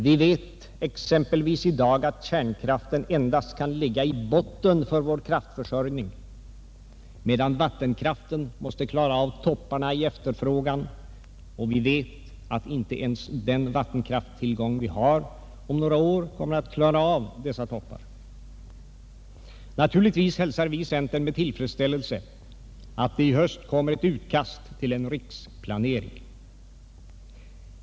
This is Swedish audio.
Vi vet exempelvis i dag att kärnkraften endast kan ligga i botten för vår kraftförsörjning, medan vattenkraften måste klara av topparna i efterfrågan, och vi vet att inte ens den vattenkrafttillgång vi har om några år kommer att klara av dessa loppar. Naturligtvis hälsar vi i centern med tillfredsställelse att det i höst kommer ett utkast till en riksplanering.